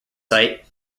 site